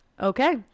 Okay